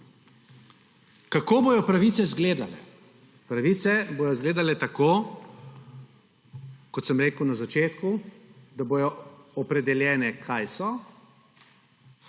Kako bodo pravice izgledale? Pravice bodo izgledale tako, kot sem rekel na začetku, da bodo opredeljene, kaj so,